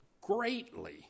greatly